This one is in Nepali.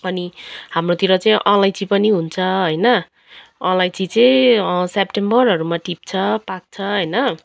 अनि हाम्रोतिर चाहिँ अलैँची पनि हुन्छ होइन अलैँची चाहिँ सेप्टेम्बरहरूमा टिप्छ पाक्छ होइन